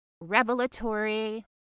revelatory